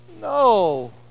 No